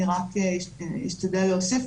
אני רק אשתדל להוסיף,